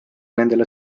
nendele